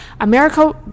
america